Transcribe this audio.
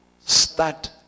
start